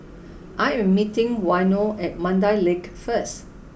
I am meeting Waino at Mandai Lake first